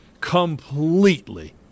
completely